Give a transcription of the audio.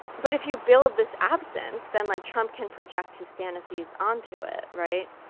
but if you build this absence, then, like, trump can project his fantasies onto it, right?